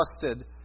trusted